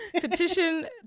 petition